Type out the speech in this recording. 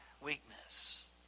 weakness